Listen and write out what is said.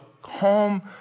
home